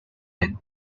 and